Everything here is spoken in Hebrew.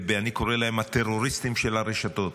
אני קורא להם הטרוריסטים של רשתות,